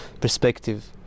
perspective